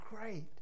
great